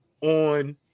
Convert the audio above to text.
on